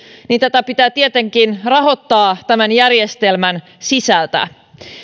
niin tätä pitää tietenkin rahoittaa tämän järjestelmän sisältä